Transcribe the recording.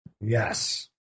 Yes